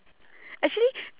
actually